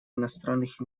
иностранных